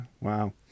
wow